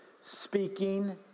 speaking